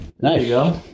Nice